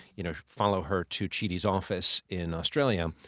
you know, follow her to chidi's office in australia.